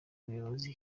umuyobozi